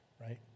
right